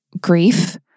grief